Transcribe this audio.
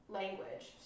language